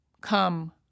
come